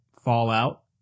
fallout